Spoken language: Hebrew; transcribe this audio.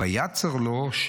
ויצר לו,